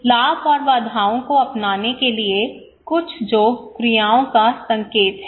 लाभ और बाधाओं को अपनाने के लिए कुछ जो क्रियाओं का संकेत है